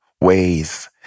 ways